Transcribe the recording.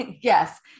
Yes